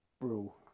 rule